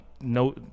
no